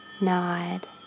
nod